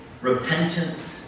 repentance